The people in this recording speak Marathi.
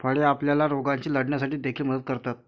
फळे आपल्याला रोगांशी लढण्यासाठी देखील मदत करतात